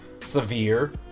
severe